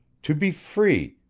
to be free,